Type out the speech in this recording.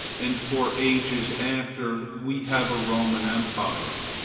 and for ages after we have a roman empire.